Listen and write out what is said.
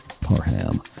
Parham